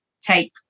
take